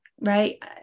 right